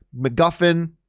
MacGuffin